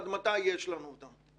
עד מתי יש לנו אותם.